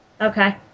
Okay